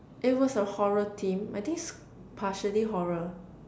it was a horror theme I think it's partially horror